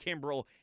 Kimbrell